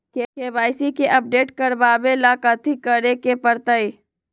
KYC के update करवावेला कथि करें के परतई?